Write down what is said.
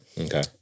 Okay